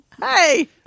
Hey